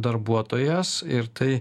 darbuotojas ir tai